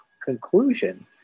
Conclusion